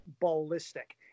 ballistic